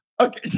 Okay